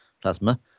plasma